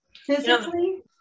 Physically